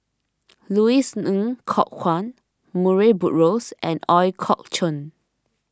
Louis Ng Kok Kwang Murray Buttrose and Ooi Kok Chuen